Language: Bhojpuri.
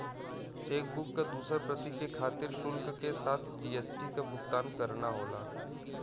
चेकबुक क दूसर प्रति के खातिर शुल्क के साथ जी.एस.टी क भुगतान करना होला